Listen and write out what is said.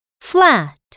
flat